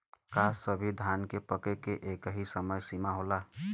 का सभी धान के पके के एकही समय सीमा होला?